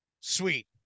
sweet